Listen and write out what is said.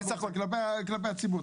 כלפי הציבור.